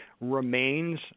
remains